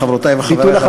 חברותי וחברי,